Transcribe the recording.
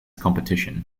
competition